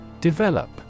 Develop